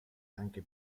anche